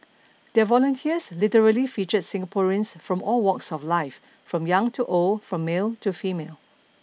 their volunteers literally featured Singaporeans from all walks of life from young to old from male to female